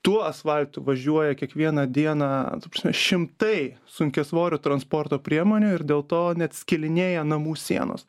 tuo asfaltu važiuoja kiekvieną dieną ta prasme šimtai sunkiasvorių transporto priemonių ir dėl to net skilinėja namų sienos